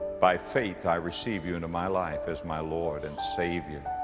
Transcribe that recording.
by faith i receive you into my life as my lord and savior.